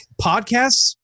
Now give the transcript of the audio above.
podcasts